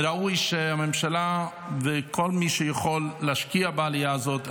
ראוי שהממשלה וכל מי שיכול להשקיע בעלייה הזאת,